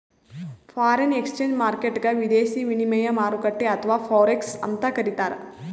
foreign exchange ಮಾರ್ಕೆಟ್ಗ್ ವಿದೇಶಿ ವಿನಿಮಯ ಮಾರುಕಟ್ಟೆ ಅಥವಾ ಫೋರೆಕ್ಸ್ ಅಂತ್ ಕರಿತಾರ್